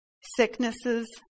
sicknesses